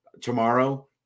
tomorrow